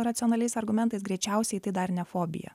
racionaliais argumentais greičiausiai tai dar ne fobija